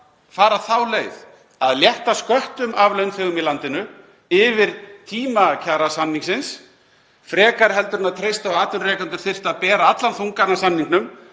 fara þá leið að létta sköttum af launþegum í landinu yfir tíma kjarasamningsins frekar en að treysta á að atvinnurekendur þyrftu að bera allan þungann af samningnum